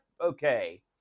okay